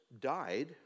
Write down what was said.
died